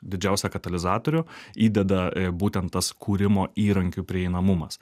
didžiausią katalizatorių įdeda būtent tas kūrimo įrankių prieinamumas